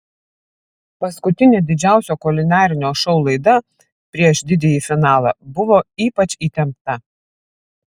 paskutinė didžiausio kulinarinio šou laida prieš didįjį finalą buvo ypač įtempta